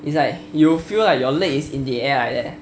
it's like you feel like your leg is in the air like that